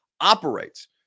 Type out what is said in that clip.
operates